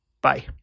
Bye